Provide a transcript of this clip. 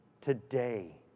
today